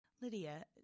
Lydia